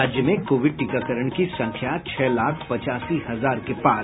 राज्य में कोविड टीकाकरण की संख्या छह लाख पचासी हजार के पार